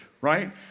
right